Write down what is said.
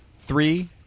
three